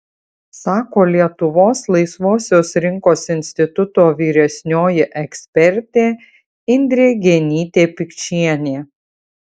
sako lietuvos laisvosios rinkos instituto vyresnioji ekspertė indrė genytė pikčienė